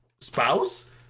spouse